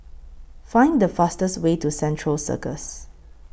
Find The fastest Way to Central Circus